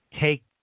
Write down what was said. take